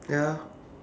ya